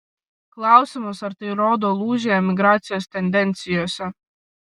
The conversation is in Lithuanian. klausimas ar tai rodo lūžį emigracijos tendencijose